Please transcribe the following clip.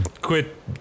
Quit